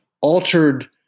altered